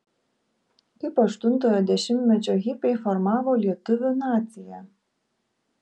kaip aštuntojo dešimtmečio hipiai formavo lietuvių naciją